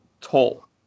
toll